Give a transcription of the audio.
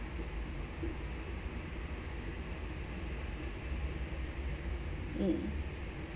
mm